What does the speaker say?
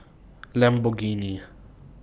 Lamborghini